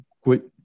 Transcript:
quit